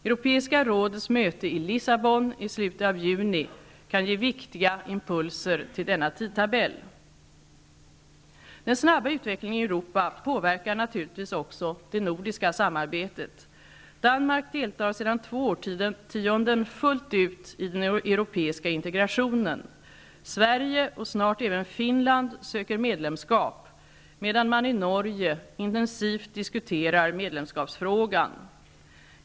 Europeiska rådets möte i Lissabon i slutet av juni kan ge viktiga impulser till denna tidtabell. Den snabba utvecklingen i Europa påverkar naturligtvis också det nordiska samarbetet. Danmark deltar sedan två årtionden fullt ut i den europeiska integrationen. Sverige och snart även Finland söker medlemskap, medan man i Norge intensivt diskuterar medlemskapsfrågan.